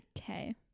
Okay